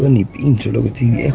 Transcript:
deep into